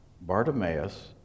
Bartimaeus